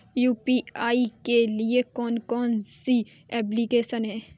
UPI के लिए कौन कौन सी एप्लिकेशन हैं?